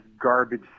garbage